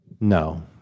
No